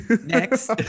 Next